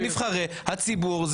זה נבחרי הציבור,